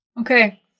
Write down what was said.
okay